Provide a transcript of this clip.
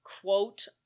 quote